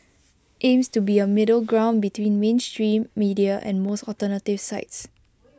aims to be A middle ground between mainstream media and most alternative sites